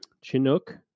Chinook